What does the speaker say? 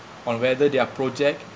on whether their project